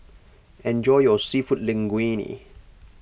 enjoy your Seafood Linguine